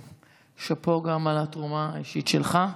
ושאפו גם על התרומה האישית שלך.